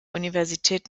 universität